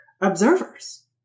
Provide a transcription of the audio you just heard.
observers